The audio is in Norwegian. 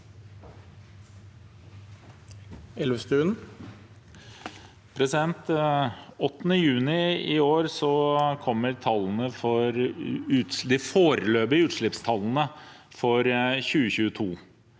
Den 8. juni i år kom- mer de foreløpige utslippstallene for 2022.